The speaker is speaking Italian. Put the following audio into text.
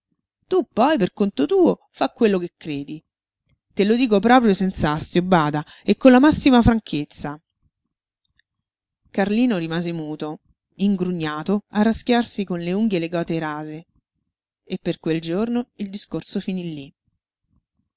tu poi per conto tuo fa quello che credi te lo dico proprio senz'astio bada e con la massima franchezza carlino rimase muto ingrugnato a raschiarsi con le unghie le gote rase e per quel giorno il discorso finí lí